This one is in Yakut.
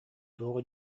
туох